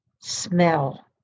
smell